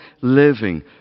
living